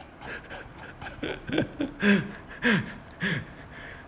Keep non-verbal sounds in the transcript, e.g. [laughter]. [laughs]